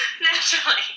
naturally